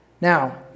Now